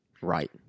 right